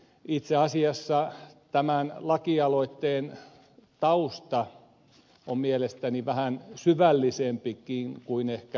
itse asiassa tämän lakialoitteen tausta on mielestäni vähän syvällisempikin kuin ehkä ed